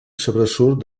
sobresurt